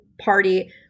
party